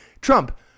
Trump